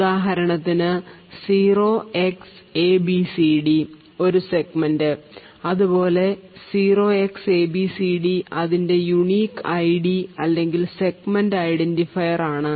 ഉദാഹരണത്തിന് zero X A B C D ഒരു segment അതുപോലെ സീറോ എക്സ് എബിസിഡി അതിൻറെ യൂണിക് ഐഡി അല്ലെങ്കിൽ സെഗ്മെൻറ് ഐഡന്റിഫയർ ആണ